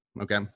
Okay